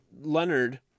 Leonard